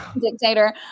dictator